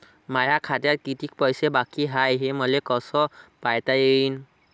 माया खात्यात कितीक पैसे बाकी हाय हे मले कस पायता येईन?